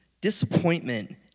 Disappointment